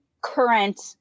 current